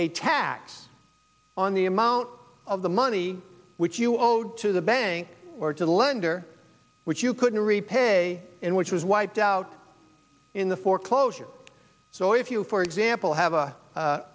a tax on the amount of the money which you owed to the bank or to the lender which you couldn't repay in which was wiped out in the foreclosure so if you for example have a